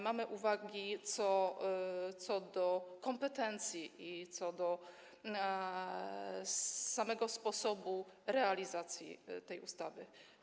Mamy uwagi co do kompetencji i co do samego sposobu realizacji tej ustawy.